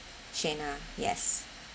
shena yes